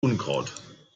unkraut